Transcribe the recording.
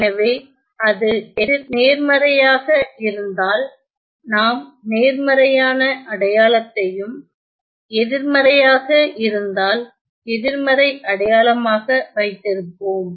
எனவே அது நேர்மறையாக இருந்தால் நாம் நேர்மறையான அடையாளத்தையும் எதிர்மறையாக இருந்தால் எதிர்மறை அடையாளமாக வைத்திருப்போம்